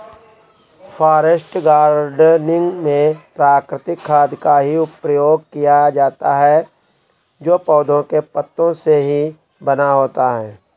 forest gardening में प्राकृतिक खाद का ही प्रयोग किया जाता है जो पौधों के पत्तों से ही बना होता है